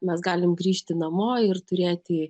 mes galim grįžti namo ir turėti